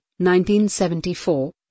1974